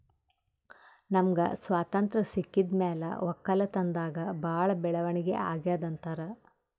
ನಮ್ಗ್ ಸ್ವತಂತ್ರ್ ಸಿಕ್ಕಿದ್ ಮ್ಯಾಲ್ ವಕ್ಕಲತನ್ದಾಗ್ ಭಾಳ್ ಬೆಳವಣಿಗ್ ಅಗ್ಯಾದ್ ಅಂತಾರ್